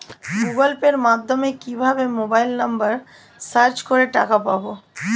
Google পের মাধ্যমে কিভাবে মোবাইল নাম্বার সার্চ করে টাকা পাঠাবো?